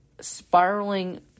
spiraling